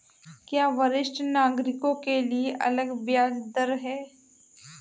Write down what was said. क्या वरिष्ठ नागरिकों के लिए अलग ब्याज दर है?